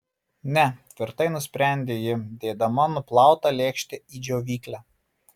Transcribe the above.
ne tvirtai nusprendė ji dėdama nuplautą lėkštę į džiovyklę